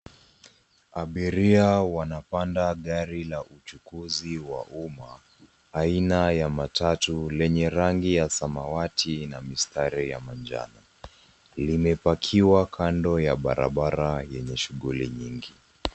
Abiria wanapanda gari la uchukuzi wa umma aina ya matatu lenye rangi ya samawati na mistari ya manjano. Limepakiwa kando ya barabara lenye shughuli nyingi.